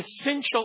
essential